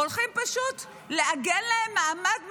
הולכים לעגן להם מעמד מיוחד,